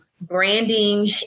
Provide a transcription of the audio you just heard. branding